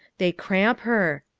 they cramp her.